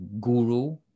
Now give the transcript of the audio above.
guru